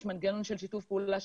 יש מנגנון של שיתוף פעולה,